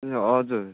ए हजुर